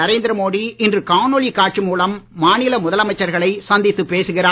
நரேந்திர மோடி இன்று காணொலி காட்சி மூலம் மாநில முதலமைச்சர்களை சந்தித்து பேசுகிறார்